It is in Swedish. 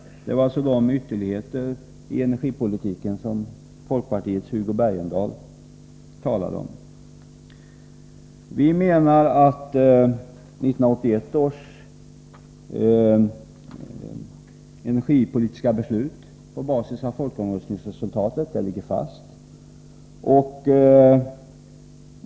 Det var de ytterligheter i energipolitiken som folkpartiets Hugo Bergdahl talade om. Vi menar att 1981 års energipolitiska beslut, på basis av folkomröstningsresultatet, ligger fast.